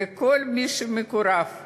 ואת כל מי שמקורב לעודד.